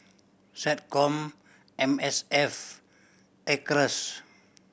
SecCom M S F Acres